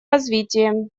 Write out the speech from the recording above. развитием